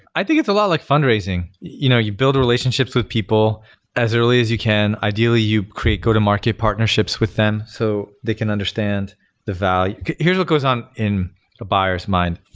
i think it's a lot like fundraising. you know you build relationships with people as early as you can. ideally, you create go-to-market partnerships with them so they can understand the value. here's what goes on in a buyer s mind.